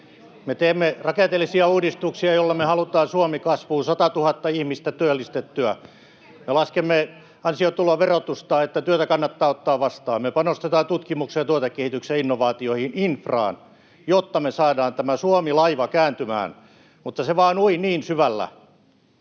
Me teemme rakenteellisia uudistuksia, joilla me halutaan Suomi kasvuun, satatuhatta ihmistä työllistettyä. Me laskemme ansiotuloverotusta, että työtä kannattaa ottaa vastaan. [Keskustan ryhmästä: Ja velkaa lisää!] Me panostetaan tutkimukseen, tuotekehitykseen, innovaatioihin ja infraan, jotta me saadaan tämä Suomi-laiva kääntymään. Mutta kun se vain ui niin syvällä,